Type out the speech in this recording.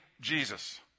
Jesus